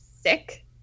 sick